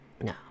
No